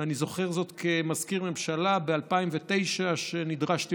אני זוכר שכמזכיר ממשלה ב-2009 נדרשתי